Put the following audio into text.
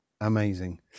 amazing